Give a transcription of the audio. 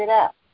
up